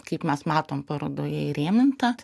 kaip mes matom parodoje įrėminta